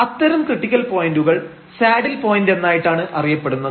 അത്തരം ക്രിട്ടിക്കൽ പോയന്റുകൾ saddle point എന്നായിട്ടാണ് അറിയപ്പെടുന്നത്